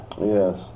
Yes